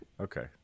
Okay